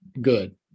good